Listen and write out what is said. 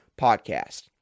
podcast